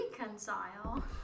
reconcile